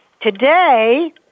Today